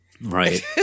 Right